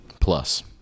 plus